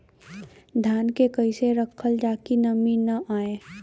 धान के कइसे रखल जाकि नमी न आए?